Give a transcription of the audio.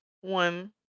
one